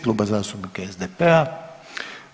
Kluba zastupnika SDP-a.